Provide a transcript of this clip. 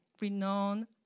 renowned